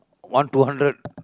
one two hundred